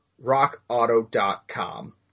rockauto.com